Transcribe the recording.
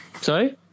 sorry